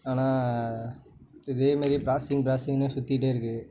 ஆனால் இதேமாதிரி பிராசஸிங் பிராசஸிங்குனு சுற்றிட்டே இருக்குது